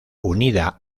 unida